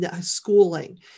schooling